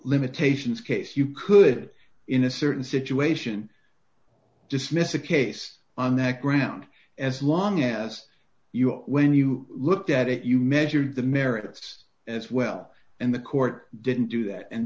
limitations case you could in a certain situation dismiss a case on that ground as long as you are when you look at it you measured the merits as well and the court didn't do that and